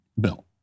bill